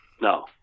No